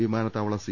വിമാനത്താവള സി